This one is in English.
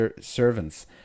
servants